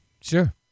Sure